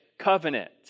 covenant